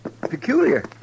peculiar